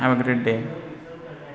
have a great day